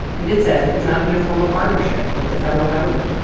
and it says it's not in a formal partnership with the federal government